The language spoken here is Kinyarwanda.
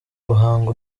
guhanga